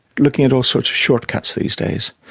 looking at all sorts of shortcuts these days.